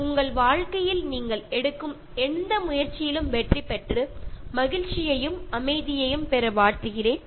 உங்கள் வாழ்க்கையில் நீங்கள் எடுக்கும் எந்த முயற்சியிலும் வெற்றி பெற்று மகிழ்ச்சியையும் அமைதியையும் பெற வாழ்த்துகிறேன்